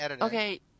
okay